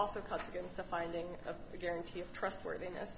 also cuts against a finding of a guarantee of trustworthiness